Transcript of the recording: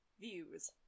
views